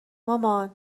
مامان